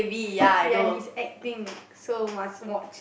ya he's acting so must watch